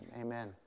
amen